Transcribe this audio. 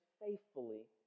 faithfully